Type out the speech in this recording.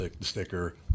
sticker